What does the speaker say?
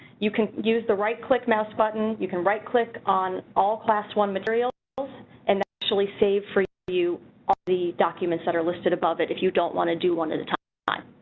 you can use the right click mouse button, you can right click on all class one materials and actually save for you all the documents that are listed above it if you don't want to do one at a time.